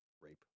rape